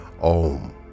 om